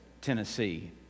Tennessee